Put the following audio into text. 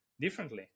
differently